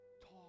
Talk